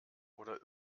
oder